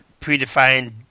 predefined